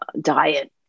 diet